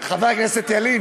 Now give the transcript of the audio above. חבר הכנסת ילין,